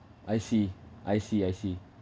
I see I see I see